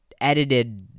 edited